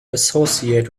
associate